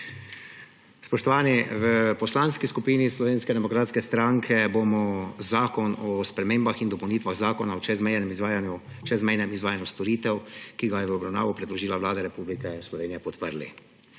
Spoštovani! V Poslanski skupini Slovenske demokratske stranke bomo Predlog zakona o spremembah in dopolnitvah Zakona o čezmejnem izvajanju storitev, ki ga je v obravnavo predložila Vlada Republike Slovenije, podprli.